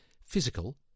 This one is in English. Physical